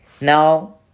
Now